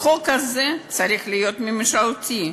והחוק הזה צריך להיות ממשלתי.